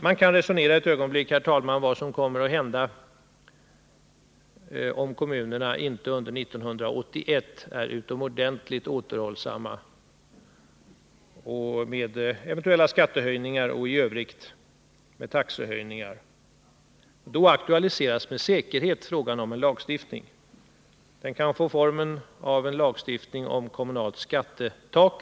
Man kan resonera om vad som kommer att hända om kommunerna under 1981 inte är utomordentligt återhållsamma med eventuella skattehöjningar och taxehöjningar. Då aktualiseras med säkerhet frågan om en lagstiftning. Den kan få formen av en lagstiftning om kommunalt skattetak.